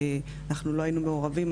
אנחנו לא היינו מעורבים,